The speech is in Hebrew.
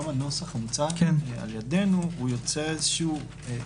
גם הנוסח המוצע על-ידינו הוא יוצר איזון